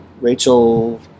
Rachel